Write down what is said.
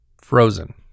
Frozen